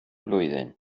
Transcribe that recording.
blwyddyn